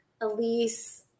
Elise